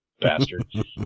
bastard